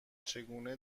چگونه